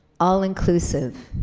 all inclusive,